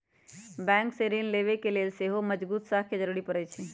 bank से ऋण लेबे के लेल सेहो मजगुत साख के जरूरी परै छइ